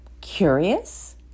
curious